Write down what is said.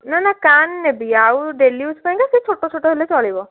ନା ନା କାନ୍ ନେବି ଆଉ ଡେଲି ୟୁଜ ପାଇଁ କା ସେହି ଛୋଟ ଛୋଟ ହେଲେ ଚଳିବ